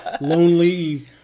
lonely